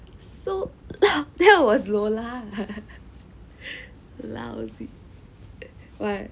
so there was lola